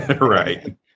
right